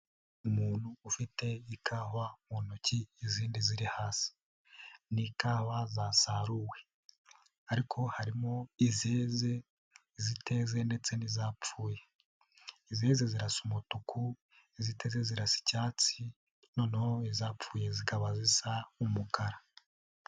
Umuntu ufite ikawa mu ntoki izindi ziri hasi. Ni ikawa zasaruwe ariko harimo izeze, iziteze ndetse n'izapfuye izeze zirasa umutuku, iziteze zirasa icyatsi noneho izapfuye zikaba zisa umukara.